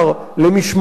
למשמורות